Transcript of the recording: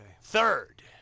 Third